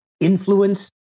influence